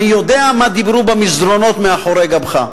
אני יודע מה דיברו במסדרונות מאחורי גבך,